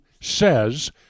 says